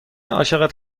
عاشقت